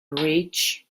rich